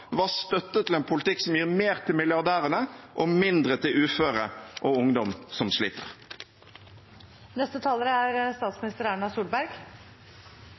støtte til en politikk som gir mer til milliardærene, og mindre til uføre og ungdom som sliter.